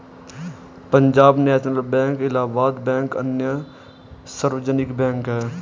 Punjab National Bank Allahabad Bank अन्य सार्वजनिक bank है